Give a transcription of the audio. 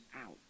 out